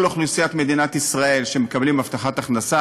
אוכלוסיית מדינת ישראל שמקבלת הבטחת הכנסה: